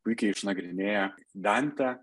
puikiai išnagrinėja dantę